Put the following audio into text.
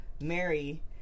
Mary